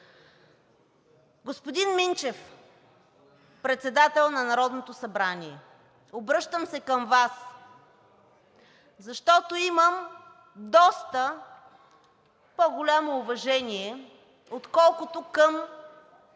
Господин Минчев, председател на Народното събрание, обръщам се към Вас, защото имам доста по-голямо уважение, отколкото към